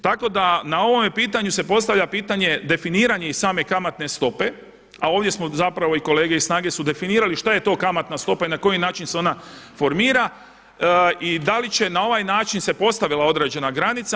Tako da na ovome pitanju se postavlja pitanje definiranja i same kamatne stope, a ovdje smo zapravo kolege iz SNAGA-e su definirali što je to kamatna stopa i na koji način se ona formira i da li će na ovaj način se postavila određena granica.